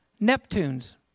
neptunes